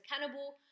cannibal